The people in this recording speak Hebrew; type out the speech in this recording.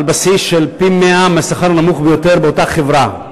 על בסיס של פי-100 מהשכר הנמוך ביותר באותה חברה.